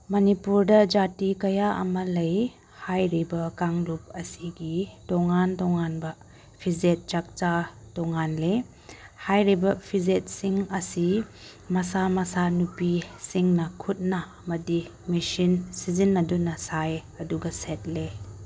ꯃꯅꯤꯄꯨꯔꯗ ꯖꯥꯇꯤ ꯀꯌꯥ ꯑꯃ ꯂꯩ ꯍꯥꯏꯔꯤꯕ ꯀꯥꯡꯂꯨꯞ ꯑꯁꯤꯒꯤ ꯇꯣꯉꯥꯟ ꯇꯣꯉꯥꯟꯕ ꯐꯤꯖꯦꯠ ꯆꯥꯛꯆꯥ ꯇꯣꯉꯥꯟꯂꯦ ꯍꯥꯏꯔꯤꯕ ꯐꯤꯖꯦꯠꯁꯤꯡ ꯑꯁꯤ ꯃꯁꯥ ꯃꯁꯥ ꯅꯨꯄꯤꯁꯤꯡꯅ ꯈꯨꯠꯅ ꯑꯃꯗꯤ ꯃꯦꯁꯤꯟ ꯁꯤꯖꯤꯟꯅꯗꯨꯅ ꯁꯥꯏ ꯑꯗꯨꯒ ꯁꯦꯠꯂꯤ